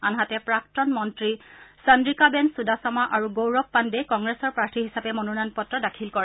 আনহাতে প্ৰাক্তন মন্ত্ৰী চন্দ্ৰিকাবেন সুদাচামা আৰু গৌৰৱ পাণ্ডেই কংগ্ৰেছৰ প্ৰাৰ্থী হিচাপে মনোনয়ন পত্ৰ দাখিল কৰে